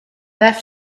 left